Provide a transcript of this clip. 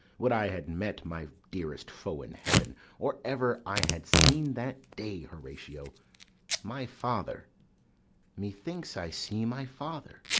would i had met my dearest foe in heaven or ever i had seen that day, horatio my father methinks i see my father.